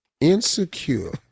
insecure